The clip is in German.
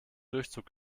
durchzug